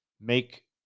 make